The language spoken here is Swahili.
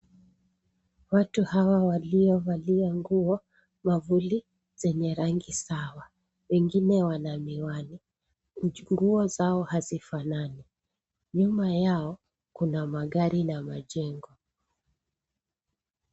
Watu hawa waliovalia nguo, mwavuli zenye rangi sawa. Wengine wana miwani .Nguo zao hazifanani. Nyuma yao kuna gari na majengo.